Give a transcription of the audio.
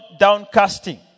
downcasting